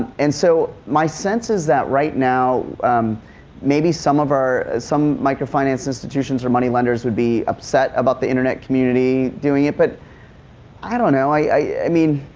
and so, my sense is that right now maybe some of our, some microfinance institutions or money-lenders would be upset about the internet community doing it but i donit know, i mean,